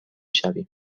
شویم